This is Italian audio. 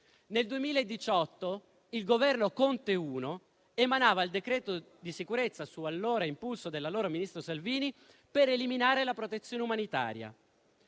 Nel 2018 il Governo Conte I emanava il decreto sicurezza, su impulso dell'allora ministro Salvini, per eliminare la protezione umanitaria.